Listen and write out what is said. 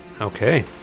Okay